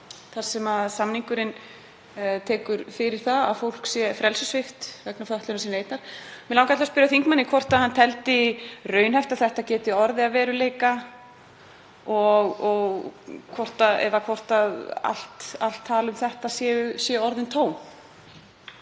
þar sem samningurinn tekur fyrir það að fólk sé frelsissvipt vegna fötlunar sinnar. Mig langar að spyrja þingmanninn hvort hann telji raunhæft að þetta geti orðið að veruleika eða hvort allt tal um þetta séu orðin tóm.